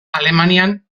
alemanian